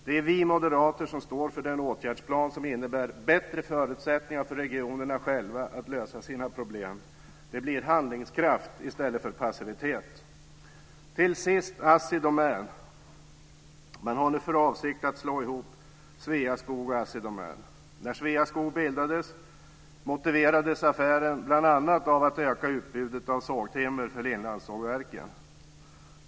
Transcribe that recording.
Det är vi moderater som står för den åtgärdsplan som innebär bättre förutsättningar för regionerna själva att lösa sina problem. Det blir handlingskraft i stället för passivitet. Till sist till frågan om Assi Domän. Man har nu för avsikt att slå ihop Sveaskog och Assi Domän. När Sveaskog bildades motiverades affären bl.a. av öka utbudet av sågtimmer för inlandssågverken.